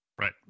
right